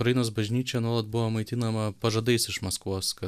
ukrainos bažnyčia nuolat buvo maitinama pažadais iš maskvos kad